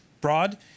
broad